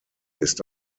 ist